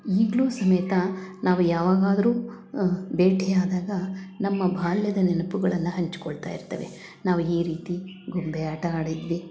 ಈಗಲು ಸಮೇತ ನಾವು ಯಾವಾಗಾದರು ಭೇಟಿ ಆದಾಗ ನಮ್ಮ ಬಾಲ್ಯದ ನೆನಪುಗಳನ್ನ ಹಂಚಿಕೊಳ್ತ ಇರ್ತೇವೆ ನಾವು ಈ ರೀತಿ ಗೊಂಬೆ ಆಟ ಆಡಿದ್ವಿ